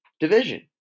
Division